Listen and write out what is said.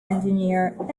engineer